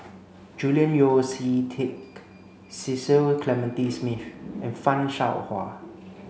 Julian Yeo See Teck Cecil Clementi Smith and Fan Shao Hua